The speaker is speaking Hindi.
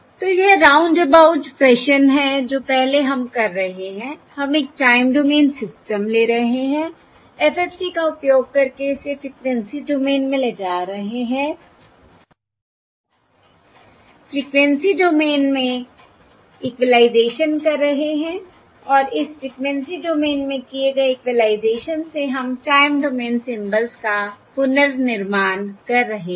तो यह राउंडअबाउट फैशन है जो पहले हम कर रहे हैं हम एक टाइम डोमेन सिस्टम ले रहे हैं FFT का उपयोग करके इसे फ़्रीक्वेंसी डोमेन में ले जा रहे हैं फ़्रीक्वेंसी डोमेन में इक्विलाइज़ेशन कर रहे हैं और इस फ़्रीक्वेंसी डोमेन में किए गए इक्विलाइज़ेशन से हम टाइम डोमेन सिंबल्स का पुनर्निर्माण कर रहे हैं